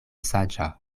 saĝa